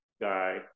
guy